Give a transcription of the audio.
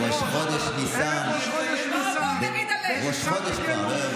זכותי לצפות ממך שתקדיש תיקון כללי.